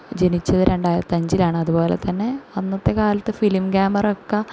ജനിച്ചത് രണ്ടായിരത്തി അഞ്ചിലാണ് അതുപോലെ തന്നെ അന്നത്തെ കാലത്ത് ഫിലിം ക്യാമറ ഒക്കെ